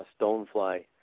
stonefly